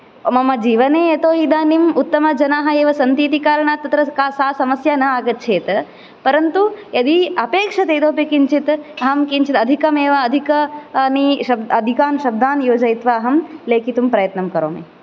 मम जीवने यतोऽहि इदानीं उत्तमजनाः एव सन्ति इति कारणात् तत्र का सा समस्या न आगच्छेत् परन्तु यदि अपेक्षते इतोऽपि किञ्चित् अहं किञ्चित् अधिकमेव अधिकानि अधिकान् शब्दान् योजयित्वा अहं लेखितुं प्रयत्नं करोमि